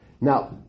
Now